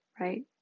right